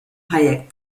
hayek